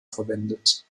verwendet